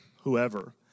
Whoever